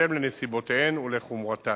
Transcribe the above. בהתאם לנסיבותיהן ולחומרתן.